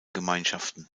gemeinschaften